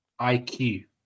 IQ